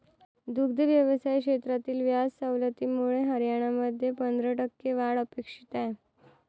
दुग्ध व्यवसाय क्षेत्रातील व्याज सवलतीमुळे हरियाणामध्ये पंधरा टक्के वाढ अपेक्षित आहे